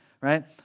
right